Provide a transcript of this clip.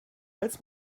als